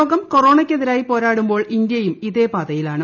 ലോകം കൊറോണക്കെതിരായി പോരാടുമ്പോൾ ഇന്ത്യയും ഇതേ പാതയിലാണ്